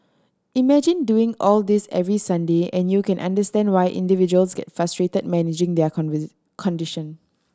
imagine doing all this every Sunday and you can understand why individuals get frustrated managing their condition